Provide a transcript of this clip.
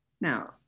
now